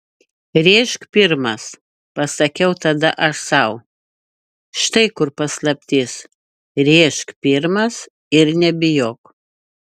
rėžk pirmas pasakiau tada aš sau štai kur paslaptis rėžk pirmas ir nebijok